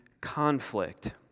conflict